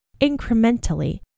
incrementally